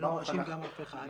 אני גם לא מאשים אף אחד.